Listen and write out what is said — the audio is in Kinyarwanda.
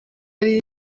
ari